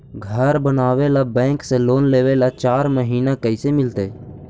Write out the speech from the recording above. घर बनावे ल बैंक से लोन लेवे ल चाह महिना कैसे मिलतई?